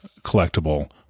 collectible